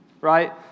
right